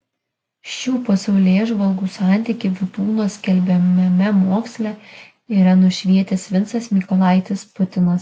šių pasaulėžvalgų santykį vydūno skelbiamame moksle yra nušvietęs vincas mykolaitis putinas